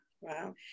Wow